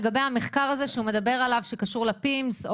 לגבי המחקר הזה שהוא מדבר עליו שקשור ל-PIMS,